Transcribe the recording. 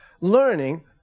learning